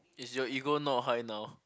is your ego not high now